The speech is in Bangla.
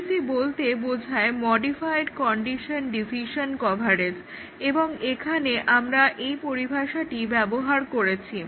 MCDC বলতে বোঝায় মডিফাইড কন্ডিশন ডিসিশন কভারেজ এবং এখানে আমরা পরিভাষাটি ব্যবহার করেছি